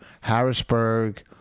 Harrisburg